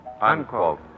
Unquote